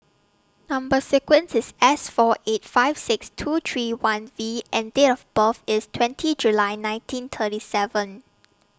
Number sequence IS S four eight five six two three one V and Date of birth IS twenty July nineteen thirty seven